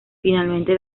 finalmente